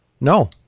No